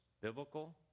biblical